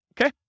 Okay